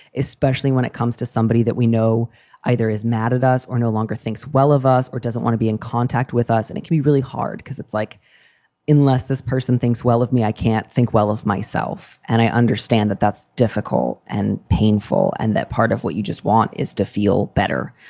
especially when it comes to somebody that we know either is mad at us or no longer thinks well of us or doesn't want to be in contact with us. and it can be really hard because it's like unless this person thinks well of me, i can't think well of myself. and i understand that that's difficult and painful. and that part of what you just want is to feel better.